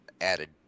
added